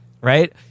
right